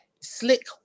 slick